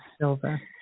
silver